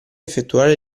effettuare